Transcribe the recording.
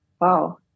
Wow